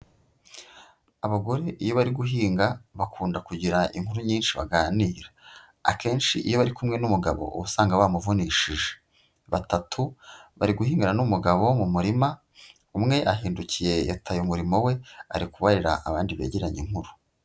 Abagore iyo bari guhinga, bakunda kugira inkuru nyinshi baganira. Akenshi iyo bari kumwe n'umugabo, uba usanga bamuvunishije. Batatu bari guhingana n'umugabo mu murima, umwe ahindukiye yataye umurimo we, ari kubarira abandi begeranye, inkuru.